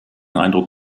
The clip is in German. eindruck